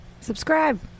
subscribe